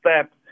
step